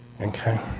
Okay